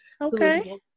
Okay